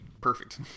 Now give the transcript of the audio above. perfect